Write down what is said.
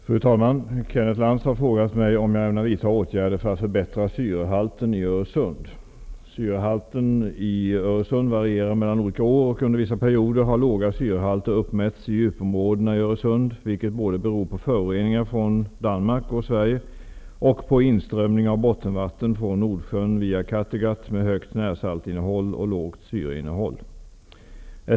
Fru talman! Kenneth Lantz har frågat mig om jag ämnar vidta åtgärder för att förbättra syrehalten i Syrehalten i Öresund varierar mellan olika år och under vissa perioder har låga syrehalter uppmätts i djupområdena i Öresund, vilket beror både på föroreningar från Danmark och Sverige och på inströmning av bottenvatten från Nordsjön via Kattegatt med högt närsaltinnehåll och lågt syreinnehåll.